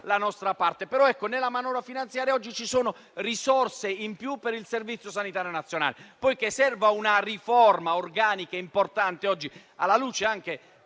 la nostra parte. Però nella manovra finanziaria oggi ci sono risorse in più per il Servizio sanitario nazionale. Che serva una riforma organica e importante oggi, alla luce delle